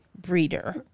breeder